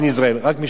רק משפט אחד.